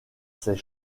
ces